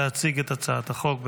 להציג את הצעת החוק.